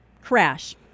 crash